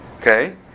Okay